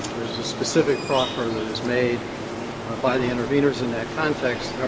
there is a specific proffer that is made by the interveners in that context